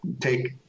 take